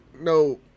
no